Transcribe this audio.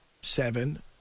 seven